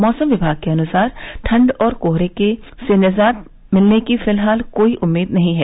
मौसम विभाग के अनुसार ठंड और कोहरे से निजात मिलने की फिलहाल कोई उम्मीद नहीं है